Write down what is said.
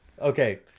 Okay